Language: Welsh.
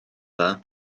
dda